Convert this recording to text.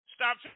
Stop